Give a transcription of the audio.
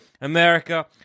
America